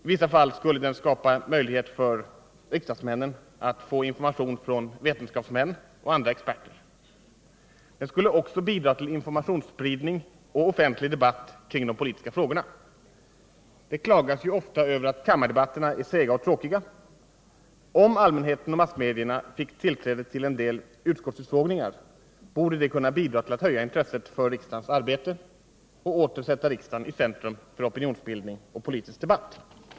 I vissa fall skulle den kunna skapa möjlighet för riksdagsmännen att skaffa sig information från vetenskapsmän och andra experter. Den skulle också bidra till informationsspridning och offentlig debatt kring de politiska frågorna. Det klagas ju ofta över att kammardebatterna är sega och tråkiga — om allmänheten och massmedierna fick tillträde till en del utskottsutfrågningar borde det kunna bidra till att höja intresset för riksdagens arbete och åter sätta riksdagen i centrum för opinionsbildning och politisk debatt.